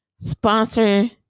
sponsor